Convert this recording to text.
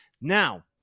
Now